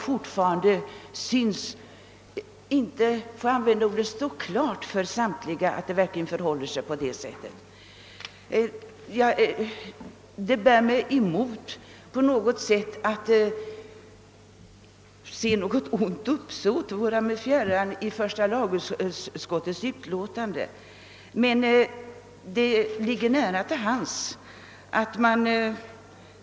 Många synes dock fortfarande inte ha klart för sig att sådana orättfärdigheter faktiskt finns.